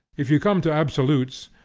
if you come to absolutes,